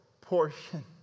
portion